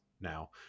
now